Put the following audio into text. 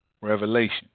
revelation